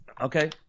Okay